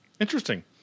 interesting